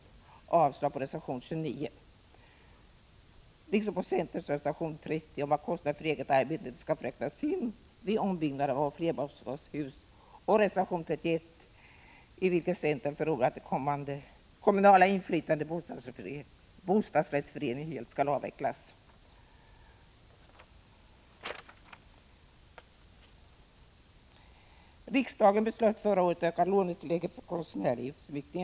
Jag yrkar avslag på reservation 29 liksom på centerns reservation 30 om att kostnader för eget arbete inte skall få räknas in vid ombyggnad av flerbostadshus samt på reservation 31, i vilken centern förordar att det kommunala inflytandet i bostadsrättsförening helt skall avvecklas. Riksdagen beslöt förra året öka lånetillägget för konstnärlig utsmyckning.